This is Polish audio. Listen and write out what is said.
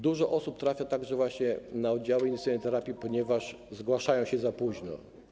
Dużo osób trafia także właśnie na oddziały intensywnej terapii, ponieważ zgłaszają się za późno.